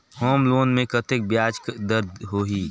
Home loan मे कतेक ब्याज दर होही?